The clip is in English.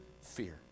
fear